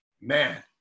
man